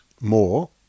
more